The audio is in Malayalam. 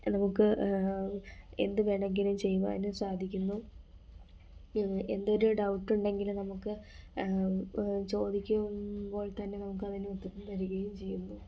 നമുക്ക് എന്തുവേണെങ്കിലും ചെയ്യാനും സാധിക്കുന്നു എന്തൊരു ഡൗട്ടുണ്ടെങ്കിലും നമുക്ക് ചോദിക്കുമ്പോൾ തന്നെ നമുക്കതിന് ഉത്തരം തരികയും ചെയ്യുന്നു